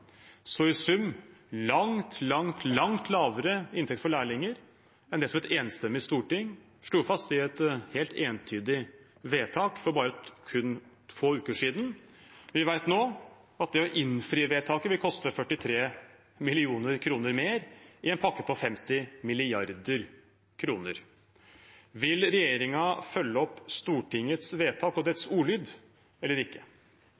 så i sum langt, langt lavere inntekt for lærlinger enn det et enstemmig storting slo fast i et helt entydig vedtak for bare få uker siden. Vi vet nå at det å innfri vedtaket vil koste 43 mill. kr mer i en pakke på 50 mrd. kr. Vil regjeringen følge opp Stortingets vedtak og dets ordlyd, eller ikke?